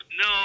No